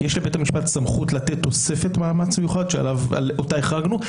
יש לבית המשפט סמכות לתת תוספת מאמץ מיוחד שאותה החרגנו,